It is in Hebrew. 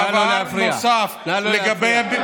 היית